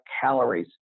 calories